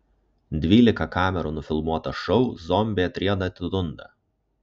dvylika kamerų nufilmuotą šou zombiai atrieda atidunda